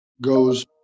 goes